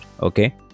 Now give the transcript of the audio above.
Okay